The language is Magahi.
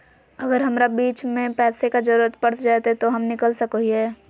अगर हमरा बीच में पैसे का जरूरत पड़ जयते तो हम निकल सको हीये